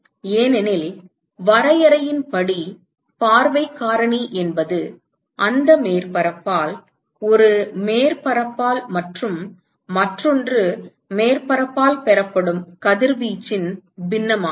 ஏனெனில் வரையறையின்படி பார்வைக் காரணி என்பது அந்த மேற்பரப்பால் ஒரு மேற்பரப்பால் மற்றும் மற்றொரு மேற்பரப்பால் பெறப்படும் கதிர்வீச்சின் பின்னமாகும்